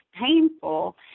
painful